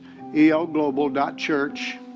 elglobal.church